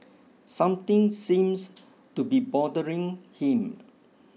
something seems to be bothering him